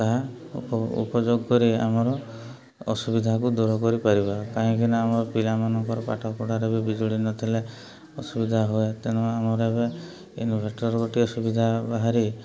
ତାହା ଉପଯୋଗ କରି ଆମର ଅସୁବିଧାକୁ ଦୂର କରିପାରିବା କାହିଁକି ନା ଆମର ପିଲାମାନଙ୍କର ପାଠପଢ଼ାରେ ବିଜୁଳି ନଥିଲେ ଅସୁବିଧା ହୁଏ ତେଣୁ ଆମର ଏବେ ଇନ୍ଭେଟର୍ ଗୋଟିଏ ସୁବିଧା ବାହାରି